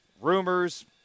rumors